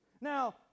Now